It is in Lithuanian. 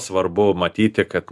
svarbu matyti kad